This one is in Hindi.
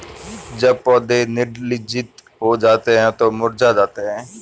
जब पौधे निर्जलित हो जाते हैं तो मुरझा जाते हैं